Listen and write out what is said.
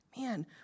Man